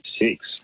six